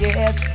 Yes